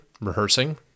rehearsing